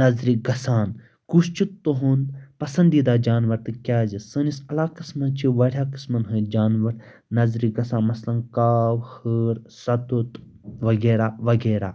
نظرِ گژھان کُس چھُ تُہُنٛد پسنٛدیٖدہ جانور تِکیٛازِ سٲنِس علاقَس منٛز چھِ وارِیاہ قٕسمَن ہٕنٛدۍ جانور نظرِ گژھان مثلاً کاو ہٲر سَتُت وغیرہ وغیرہ